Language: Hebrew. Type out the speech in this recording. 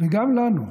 וגם לנו,